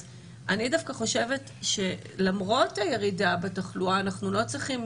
אז אני דווקא חושבת שלמרות הירידה בתחלואה אנחנו צריכים